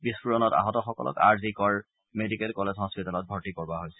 বিস্ফোৰণ আহতসকলক R G K medical college হস্পিতেলত ভৰ্তি কৰোৱা হৈছে